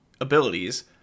abilities